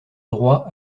droits